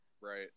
right